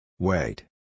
Wait